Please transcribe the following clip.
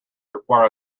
require